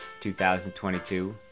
2022